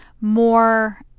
more